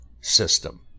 system